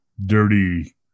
dirty